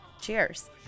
Cheers